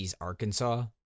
arkansas